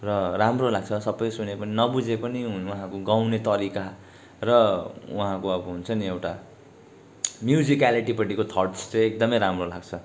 र राम्रो लाग्छ सबै सुनेको नि नबुझे पनि उहाँको तरिका र उहाँको अब हुन्छ नि एउटा म्युजिकालिटीपट्टिको थट्स चाहिँ एकदमै राम्रो लाग्छ